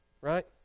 right